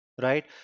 Right